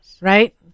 Right